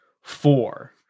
four